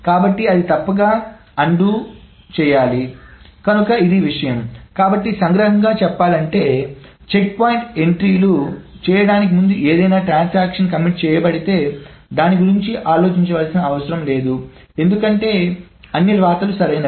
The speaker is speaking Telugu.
కాబట్టి అది తప్పక రద్దు చేయబడాలి కనుక ఇది విషయం కాబట్టి సంగ్రహంగా చెప్పాలంటే చెక్పాయింట్ ఎంట్రీలు చేయడానికి ముందు ఏదైనా ట్రాన్సాక్షన్ కమిట్ చేయబడితే దాని గురించి ఆలోచించవలసిన అవసరం లేదు ఎందుకంటే అన్నీ వ్రాతలు సరియైనవి